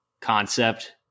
concept